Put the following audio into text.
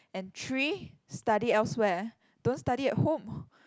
and three study elsewhere don't study at home